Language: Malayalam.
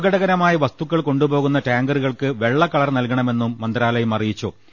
അപകടകരമായ വസ്തുക്കൾ കൊണ്ടുപോകുന്ന ടാങ്കറുകൾക്ക് വെള്ളക്കളർ നൽകണമെന്നും മന്ത്രാലയം അറിയിച്ചു